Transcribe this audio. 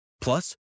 Plus